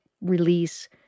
release